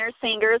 singers